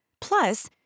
Plus